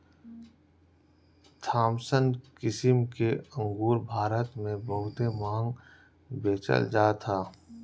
Thompson किसिम के अंगूर भारत में बहुते महंग बेचल जात हअ